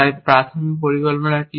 তাই প্রাথমিক পরিকল্পনা কি